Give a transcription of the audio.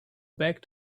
back